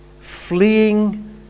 fleeing